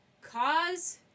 cause